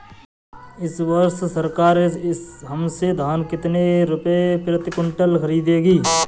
इस वर्ष सरकार हमसे धान कितने रुपए प्रति क्विंटल खरीदेगी?